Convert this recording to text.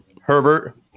Herbert